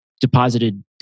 deposited